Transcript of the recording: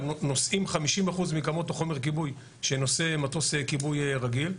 נושאים 50% מכמות חומר כיבוי שנושא מטוס כיבוי רגיל,